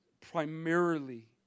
primarily